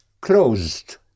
closed